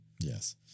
yes